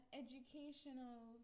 educational